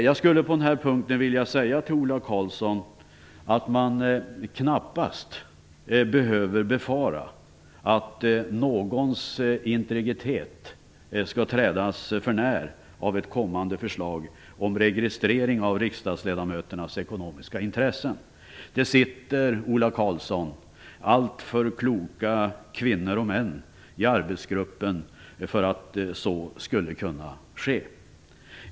Jag skulle på den här punkten vilja säga till Ola Karlsson att man knappast behöver befara att någons integritet skall trädas för när av ett kommande förslag om registrering av riksdagsledamöternas ekonomiska intressen. Det sitter, Ola Karlsson, alltför kloka kvinnor och män i arbetsgruppen för att så skulle kunna ske.